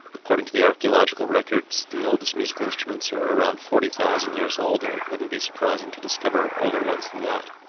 according to the archaeological records the oldest musical instruments are around forty thousand years old and it wouldn't be surprising to discover older ones than that.